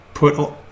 put